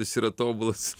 jis yra tobulas